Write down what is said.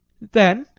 then,